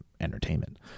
entertainment